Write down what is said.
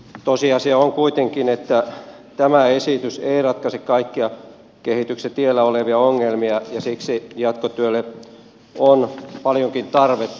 tosiasia on kuitenkin että tämä esitys ei ratkaise kaikkia kehityksen tiellä olevia ongelmia ja siksi jatkotyölle on paljonkin tarvetta